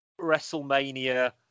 WrestleMania